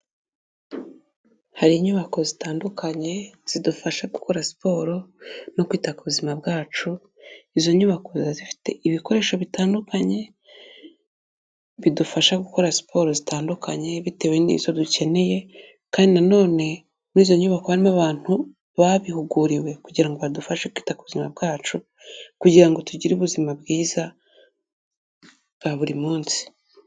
Hari inyubako zitandukanye zidufasha gukora siporo no kwita ku buzima bwacu, izo nyubako ziba zifite ibikoresho bitandukanye, bidufasha gukora siporo zitandukanye bitewe n'izo dukeneye, kandi na none muri izo nyubako harimo abantu babihuguriwe kugira ngo badufashe kwita ku buzima bwacu, kugira ngo tugire ubuzima bwiza bwa buri munsi.